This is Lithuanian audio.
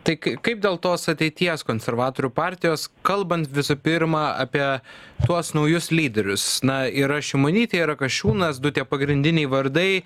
tai kai kaip dėl tos ateities konservatorių partijos kalbant visų pirma apie tuos naujus lyderius na yra šimonytė yra kasčiūnas du tie pagrindiniai vardai